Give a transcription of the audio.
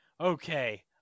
okay